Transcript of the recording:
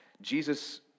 Jesus